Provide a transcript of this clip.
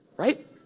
right